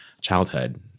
childhood